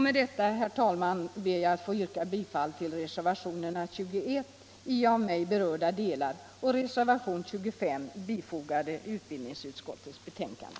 Med detta, herr talman, ber jag att få yrka bifall till reservationen 21 i av mig berörda delar och till reservationen 25 vid utbildningsutskottets betänkande.